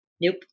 nope